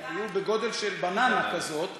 הם היו בגודל של בננה כזאת,